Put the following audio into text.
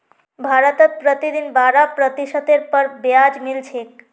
भारतत प्रतिदिन बारह प्रतिशतेर पर ब्याज मिल छेक